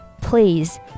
Please